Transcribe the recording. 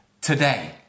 today